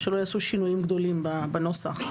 שלא יעשו שינויים גדולים בנוסח.